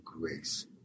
grace